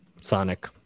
Sonic